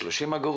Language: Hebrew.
את ה-30 אגורות,